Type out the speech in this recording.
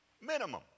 Minimum